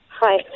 Hi